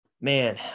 man